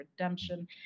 redemption